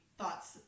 thoughts